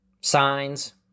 signs